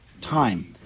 time